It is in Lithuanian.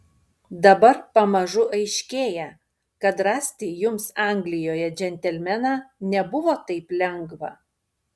dabar pamažu aiškėja kad rasti jums anglijoje džentelmeną nebuvo taip lengva